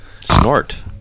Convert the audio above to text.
Snort